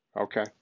Okay